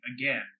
again